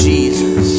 Jesus